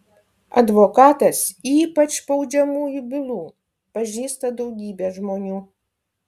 advokatas ypač baudžiamųjų bylų pažįsta daugybę žmonių